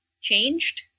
changed